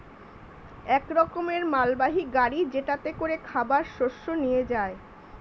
এক রকমের মালবাহী গাড়ি যেটাতে করে খাবার শস্য নিয়ে যায়